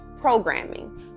programming